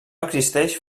existeix